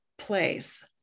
place